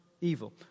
evil